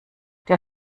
der